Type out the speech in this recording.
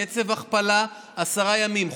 קצב הכפלה, עשרה ימים.